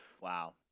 Wow